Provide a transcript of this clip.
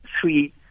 three